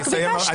רק ביקשתי.